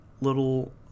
little